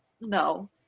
no